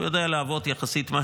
הוא יודע לעבוד מהר יחסית,